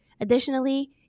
Additionally